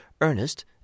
ernest